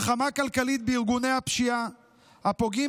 מלחמה כלכלית בארגוני הפשיעה הפוגעים